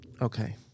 Okay